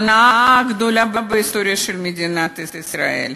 ההונאה הגדולה בהיסטוריה של מדינת ישראל,